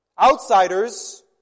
outsiders